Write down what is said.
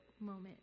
moment